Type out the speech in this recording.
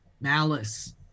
malice